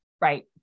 Right